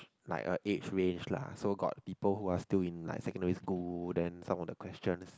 like a age range lah so got people who are like still in like secondary school then some of the questions